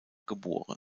geboren